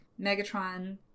Megatron